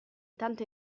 tanto